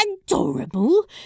Adorable